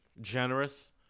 generous